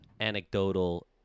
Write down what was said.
anecdotal